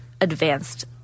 advanced